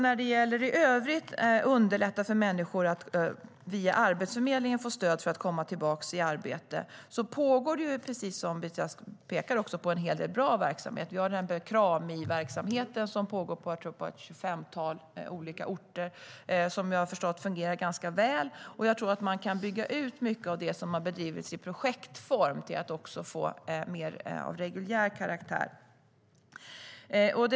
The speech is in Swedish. När det gäller att i övrigt underlätta för människor att via Arbetsförmedlingen få stöd för att komma tillbaka i arbete pågår, som Beatrice Ask pekar på, en hel del bra verksamhet. Vi har till exempel Kramiverksamheten, som pågår på ett tjugofemtal orter och som såvitt jag förstår fungerar ganska väl. Jag tror att man kan bygga ut mycket av det som har bedrivits i projektform så att det får en mer reguljär karaktär.